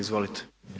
Izvolite.